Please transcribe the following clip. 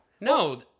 No